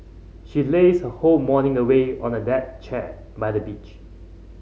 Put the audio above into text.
she lazed her whole morning away on a deck chair by the beach